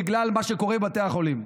בגלל מה שקורה בבתי החולים.